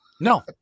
No